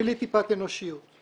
בלי טיפת אנושיות.